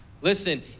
listen